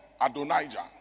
Adonijah